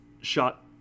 shot